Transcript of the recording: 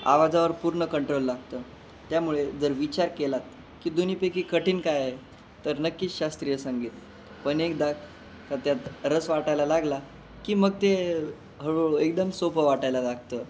आवाजावर पूर्ण कंट्रोल लागतं त्यामुळे जर विचार केलात की दोन्हीपैकी कठीण काय आहे तर नक्कीच शास्त्रीय संगीत पण एकदा का त्यात रस वाटायला लागला की मग ते हळूहळू एकदम सोपं वाटायला लागतं